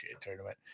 tournament